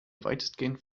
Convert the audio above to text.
weitestgehend